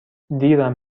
دیرم